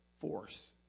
force